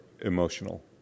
emotional